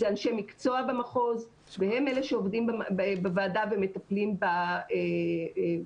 זה אנשי מקצוע במחוז והם אלה שעומדים בוועדה ומטפלים בצרכים.